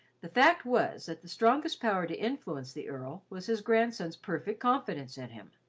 the fact was that the strongest power to influence the earl was his grandson's perfect confidence in him,